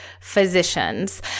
physicians